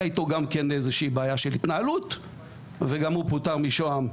הייתה איתו גם איזה שהיא בעיה של התנהלות והוא פוטר גם משוהם,